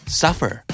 suffer